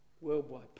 Worldwide